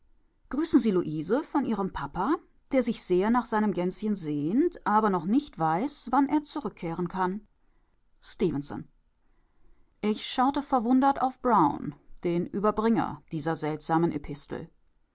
grüßen sie luise von ihrem pappa der sich sehr nach seinem gänschen sehnt aber noch nicht weiß wann er zurückkehren kann stefenson ich schaute verwundert auf brown den überbringer dieser seltsamen epistel